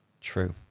True